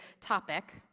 topic